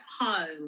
home